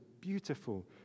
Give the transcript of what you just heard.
beautiful